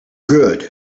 good